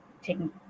taking